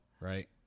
right